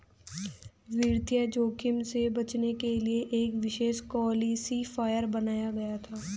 वित्तीय जोखिम से बचने के लिए एक विशेष क्लासिफ़ायर बनाया गया था